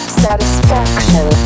satisfaction